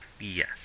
Yes